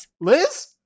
Liz